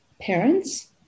parents